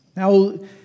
Now